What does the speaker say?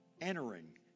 entering